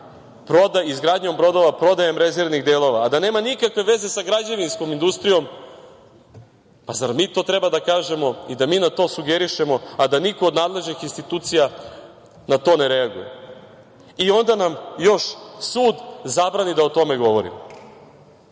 izgradnjom brodova, prodajom rezervnih delova, a da nema nikakve veze sa građevinskom industrijom. Pa zar mi to treba da kažemo i da mi na to sugerišemo, a da niko od nadležnih institucija na to ne reaguje? I onda nam još sud zabrani da o tome govorimo. Takve